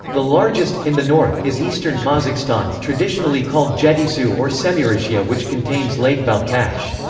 the largest, in the north, is eastern kazakhstan, traditionally called jetysu or semirechye ah which contains lake balkhash.